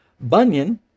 Bunyan